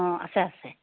অঁ আছে আছে